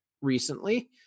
recently